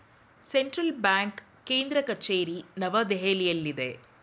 central bank ಕೇಂದ್ರ ಕಚೇರಿ ನವದೆಹಲಿಯಲ್ಲಿದೆ